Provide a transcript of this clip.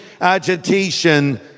agitation